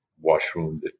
washroom